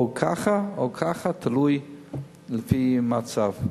או ככה או ככה, תלוי לפי המצב.